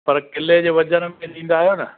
पर किले जे वज़न में ॾींदा आहियो न